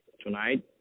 tonight